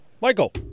Michael